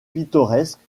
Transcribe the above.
pittoresque